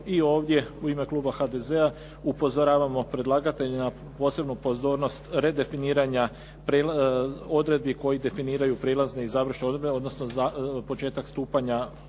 i ovdje u ima kluba HDZ-a upozoravamo predlagatelje na pozornu pozornost redefiniranja odredbi koji definiraju prijelazne i završne odredbe, odnosno početak stupanja na